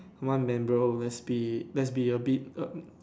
come on man bro let's be let's be a bit um